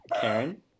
Karen